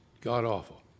god-awful